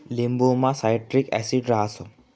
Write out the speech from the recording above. लिंबुमा citric acid रहास